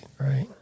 right